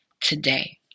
today